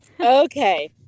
Okay